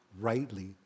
rightly